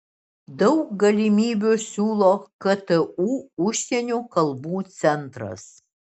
daug galimybių siūlo ktu užsienio kalbų centras